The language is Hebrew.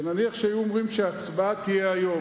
ונניח שהיו אומרים שההצבעה תהיה היום,